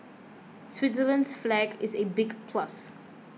Switzerland's flag is a big plus